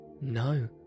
No